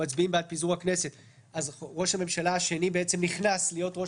מצביעים בעד פיזור הכנסת אז ראש הממשלה השני נכנס להיות ראש